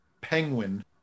Penguin